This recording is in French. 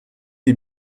des